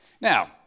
Now